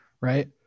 right